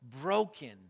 broken